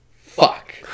Fuck